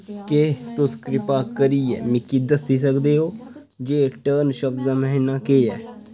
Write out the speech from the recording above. केह् तुस किरपा करियै मिगी दस्सी सकदे ओ जे टर्न शब्द दा मायने केह् ऐ